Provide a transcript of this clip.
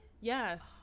Yes